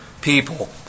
people